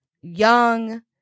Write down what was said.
young